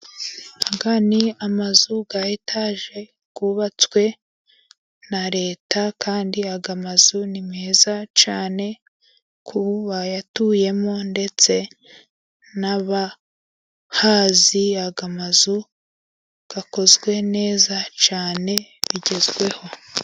Aya ni amazu ya etaje, yubatswe na leta kandi aya mazu ni meza cyane, ku bayatuyemo ndetse n'abahazi aya mazu akozwe neza cyane bigezweho.